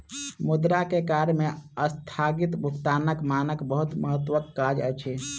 मुद्रा के कार्य में अस्थगित भुगतानक मानक बहुत महत्वक काज अछि